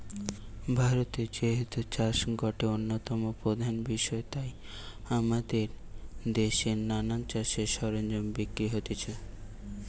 ভারতে যেহেতু চাষ গটে অন্যতম প্রধান বিষয় তাই আমদের দেশে নানা চাষের সরঞ্জাম বিক্রি হতিছে